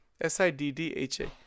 S-I-D-D-H-A